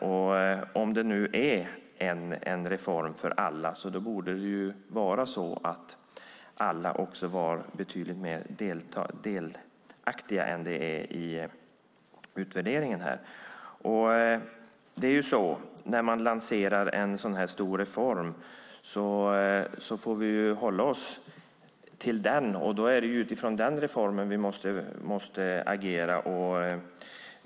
Om det nu är en reform för alla borde alla också vara betydligt mer delaktiga än man ser i utvärderingen. När man lanserar en så här stor reform får vi hålla oss till den, och då är det utifrån den reformen vi måste agera.